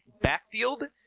backfield